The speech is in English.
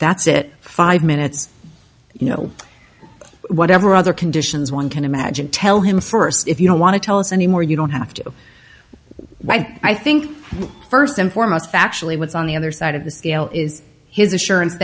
that's it five minutes you know whatever other conditions one can imagine tell him first if you don't want to tell us anymore you don't have to i think first and foremost actually what's on the other side of the scale is his assurance